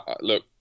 look